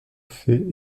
fait